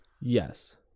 Yes